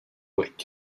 wet